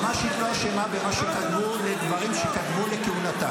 היועמ"שית לא אשמה בדברים שקדמו לכהונתה.